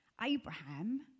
Abraham